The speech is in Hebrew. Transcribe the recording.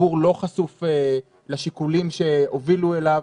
הציבור לא חשוף לשיקולים שהובילו אליו.